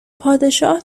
پادشاه